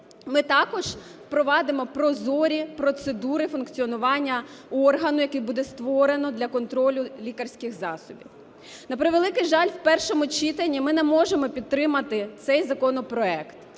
Ми також впровадимо прозорі процедури функціонування органу, який буде створено для контролю лікарських засобів. На превеликий жаль, у першому читанні ми не можемо підтримати цей законопроект,